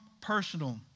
personal